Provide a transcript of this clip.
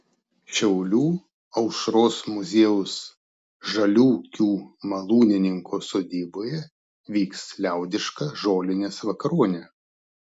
šiaulių aušros muziejaus žaliūkių malūnininko sodyboje vyks liaudiška žolinės vakaronė